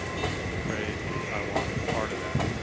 with its trade with taiwan as part of that,